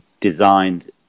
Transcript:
designed